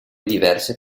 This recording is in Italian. diverse